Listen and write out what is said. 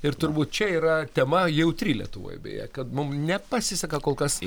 ir turbūt čia yra tema jautri lietuvoj beje kad mum nepasiseka kol kas